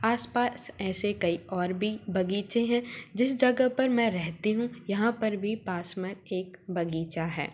आस पास कई और भी बगीचे हैं जिस जगह पर मैं रहती हूँ यहाँ पर भी पास में एक बगीचा है